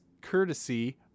courtesy